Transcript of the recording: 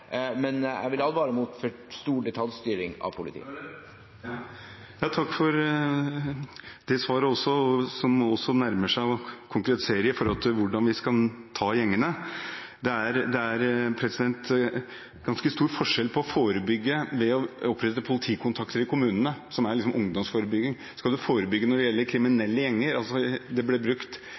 men jeg vil advare mot for stor detaljstyring av politiet. Takk for det svaret også, som nærmer seg en konkretisering av hvordan vi skal ta gjengene. Det er ganske stor forskjell på å forebygge ved å opprette politikontakter i kommunene, som er ungdomsforebygging, og å forebygge når det gjelder kriminelle gjenger.